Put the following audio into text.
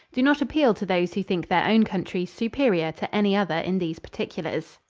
do not appeal to those who think their own countries superior to any other in these particulars.